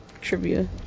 trivia